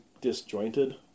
disjointed